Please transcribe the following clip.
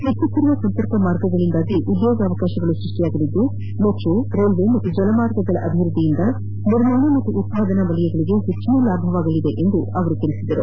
ಹೆಚ್ಚುತ್ತಿರುವ ಸಂಪರ್ಕ ಮಾರ್ಗಗಳಿಂದಾಗಿ ಉದ್ಯೋಗಾವಕಾಶಗಳು ಸೃಷ್ಷಿಯಾಗಲಿದ್ದು ಮೆಟ್ರೋ ರೈಲ್ವೆ ಹಾಗೂ ಜಲಮಾರ್ಗಗಳ ಅಭಿವೃದ್ದಿಯಿಂದ ನಿರ್ಮಾಣ ಮತ್ತು ಉತ್ಪಾದನಾ ವಲಯಗಳಿಗೆ ಹೆಚ್ಚಿನ ಲಾಭಗವಾಗಲಿದೆ ಎಂದು ಹೇಳಿದರು